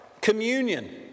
communion